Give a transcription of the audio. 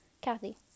Kathy